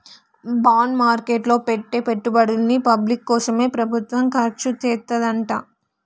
bond market లో పెట్టే పెట్టుబడుల్ని పబ్లిక్ కోసమే ప్రభుత్వం ఖర్చుచేత్తదంట